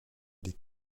des